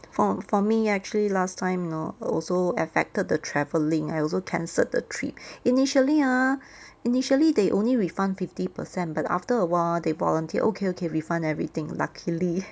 orh for me actually last time you know also affected the traveling I also canceled the trip initially ah initially they only refund fifty percent but after awhile they volunteered okay okay refund everything luckily